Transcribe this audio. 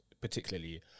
particularly